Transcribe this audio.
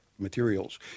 materials